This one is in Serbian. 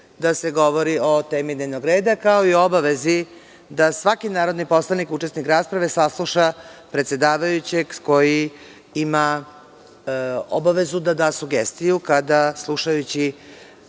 da se govori o temi dnevnog reda, kao i o obavezi da svaki narodni poslanik, učesnik rasprave sasluša predsedavajućeg koji ima obavezu da da sugestiju kada slušajući